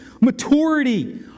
maturity